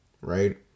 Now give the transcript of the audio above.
right